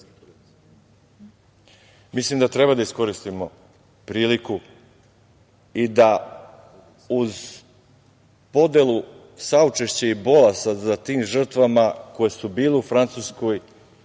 zločin. Mislim da treba da iskoristimo priliku i da, uz podelu saučešća i bola za tim žrtvama koje su bile u Francuskoj